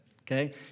Okay